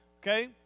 okay